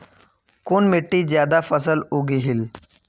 कुन मिट्टी ज्यादा फसल उगहिल?